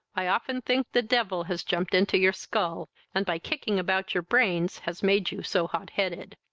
i often think the devil has jumped into your skull, and, by kicking about your brains, has made you so hot headed.